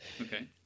Okay